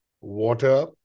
water